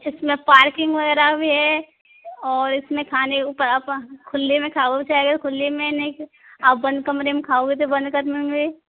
इसमें पार्किंग वगैरह भी है और इसमें खाने खुले में खाओ चाहे खुले में नहीं आप बंद कमरे में खाओगे तो बंद कमरे में